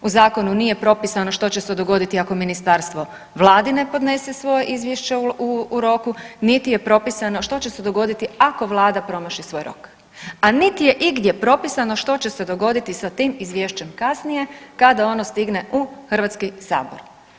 U zakonu nije propisano što će se dogoditi ako ministarstvo Vladi ne podnese svoje izvješće u roku, niti je propisano što će se dogoditi ako Vlada promaši svoj rok, a niti je igdje propisano što će se dogoditi sa tim izvješćem kasnije kada ono stigne u Hrvatski sabor.